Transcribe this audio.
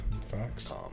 facts